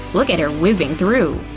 look at her whizzing through.